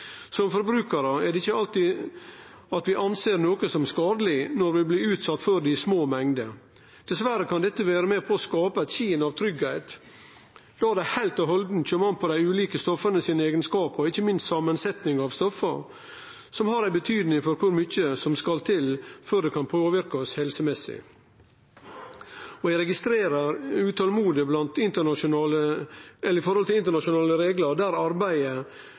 Som forbrukarar er det ikkje alltid at vi ser på noko som skadeleg når vi blir utsette for det i små mengder. Dessverre kan dette vere med på å skape eit skin av tryggleik, då det heilt ut kjem an på eigenskapane til dei ulike stoffa, og ikkje minst samansetnaden av stoff, som har betyding for kor mykje som skal til før det kan påverke oss helsemessig. Eg registrerer utolmodet når det gjeld internasjonale reglar, at arbeidet